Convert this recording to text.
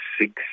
six